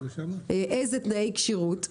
איזה תנאי כשירות,